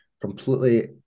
completely